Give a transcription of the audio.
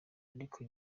ariko